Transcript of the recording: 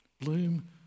Bloom